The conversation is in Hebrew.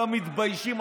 לא מתביישים?